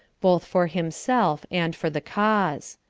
both, for himself and for the cause.